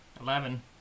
Eleven